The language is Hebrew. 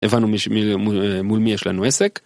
הבנו מול מי יש לנו עסק